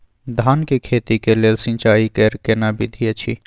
धान के खेती के लेल सिंचाई कैर केना विधी अछि?